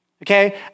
Okay